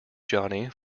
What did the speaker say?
johnny